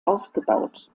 ausgebaut